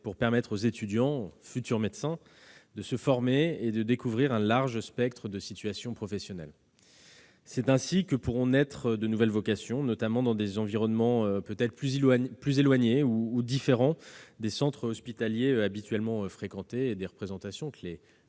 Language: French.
pour permettre aux étudiants, futurs médecins, de se former et de découvrir un large spectre de situations professionnelles. C'est ainsi que pourront naître de nouvelles vocations, notamment dans des environnements plus éloignés ou différents des centres hospitaliers habituellement fréquentés, compte tenu des représentations que